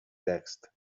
text